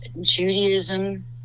Judaism